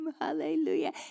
Hallelujah